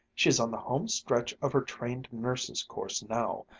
she's on the home-stretch of her trained-nurse's course now.